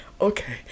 okay